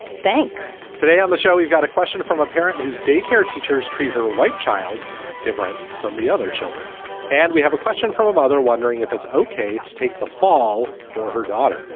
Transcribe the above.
thanks. today on the show, we've got a question from a parent whose daycare teachers treat her white child different from the other children and we have a question from a mother wondering if it's ok to take the fall for her daughter.